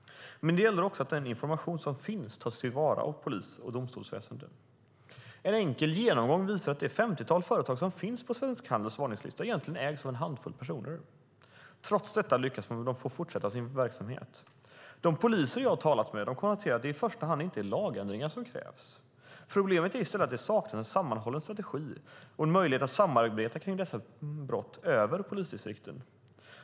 Det gäller också att den information som finns tas till vara av polis och domstolsväsen. En enkel genomgång visar att det femtiotal företag som finns på Svensk Handels varningslista egentligen ägs av en handfull personer. Trots detta lyckas de fortsätta med sin verksamhet. De poliser jag har talat med kommenterar att det i första hand inte är lagändringar som krävs. Problemet är i stället att det saknas en sammanhållen strategi och en möjlighet att samarbeta i arbetet mot dessa brott över polisdistrikten.